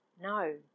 No